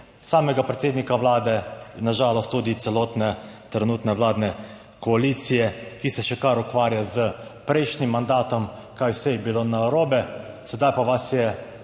samega predsednika Vlade in na žalost tudi celotne trenutne vladne koalicije, ki se še kar ukvarja s prejšnjim mandatom, kaj vse je bilo narobe, sedaj pa vas je,